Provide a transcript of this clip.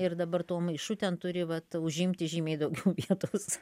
ir dabar tuo maišu ten turi vat užimti žymiai daugiau vietos